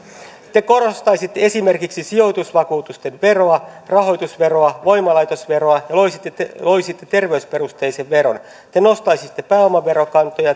te korostaisitte esimerkiksi sijoitusvakuutusten veroa rahoitusveroa voimalaitosveroa ja loisitte terveysperusteisen veron te nostaisitte pääomaverokantoja